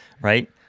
right